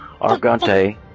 Argante